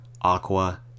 Aqua